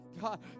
God